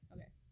Okay